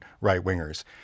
right-wingers